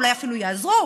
אולי אפילו יעזרו,